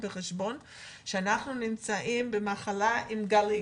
בחשבון הוא שאנחנו נמצאים במחלה עם גלים.